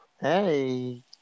Hey